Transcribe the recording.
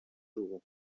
dugu